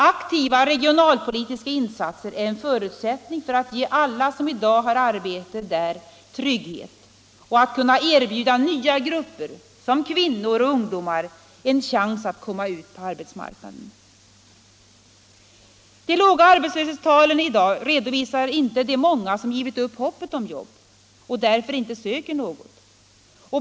Aktiva regionalpolitiska insatser är en förutsättning för att ge alla som i dag har arbete trygghet och för att kunna erbjuda nya grupper, som kvinnor och ungdomar, en chans att komma ut på arbetsmarknaden. De låga arbetslöshetstalen i dag redovisar inte hur många som givit upp hoppet om jobb och därför inte söker något.